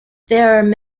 there